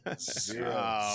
Zero